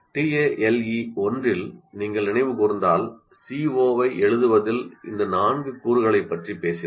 TALE 1 இல் நீங்கள் நினைவு கூர்ந்தால் CO ஐ எழுதுவதில் இந்த நான்கு கூறுகளைப் பற்றி பேசினோம்